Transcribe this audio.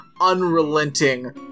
unrelenting